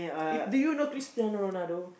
if do you know Cristiano-Ronaldo